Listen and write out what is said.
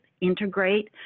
integrate